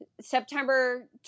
September